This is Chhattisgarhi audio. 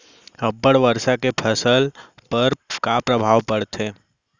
अब्बड़ वर्षा के फसल पर का प्रभाव परथे?